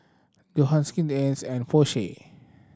Johan Skin Inc and Porsche